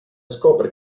scopre